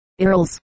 Earls